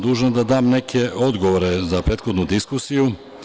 Dužan sam da dam neke odgovore za prethodnu diskusiju.